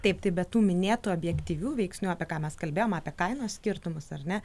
taip tai be tų minėtų objektyvių veiksnių apie ką mes kalbėjom apie kainos skirtumus ar ne